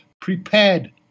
prepared